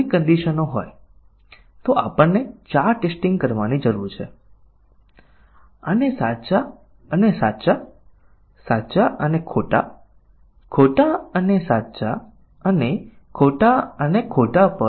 આપણે પરીક્ષણનાં કેસો લખીએ છીએ કે દરેક નિવેદન ઓછામાં ઓછું એક વાર એક્ઝિક્યુટ કરવામાં આવે છે અથવા આવરી લેવામાં આવે છે કારણ કે જ્યાં સુધી કોઈ નિવેદન ચલાવવામાં ન આવે ત્યાં સુધી તમને ખબર નથી હોતી કે નિવેદનમાં કોઈ સમસ્યા છે કે નહીં